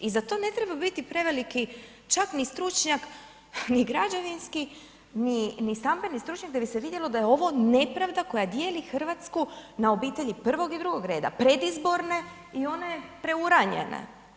I za to ne treba biti preveliki čak ni stručnjak ni građevinski, ni stambeni stručnjak da bi se vidjelo da je ovo nepravda koja dijeli Hrvatsku na obitelji prvog i drugog reda, predizborne i one preuranjene.